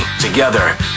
Together